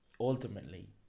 ultimately